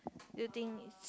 do you think it's